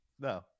No